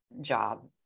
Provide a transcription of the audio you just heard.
job